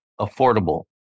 affordable